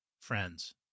friends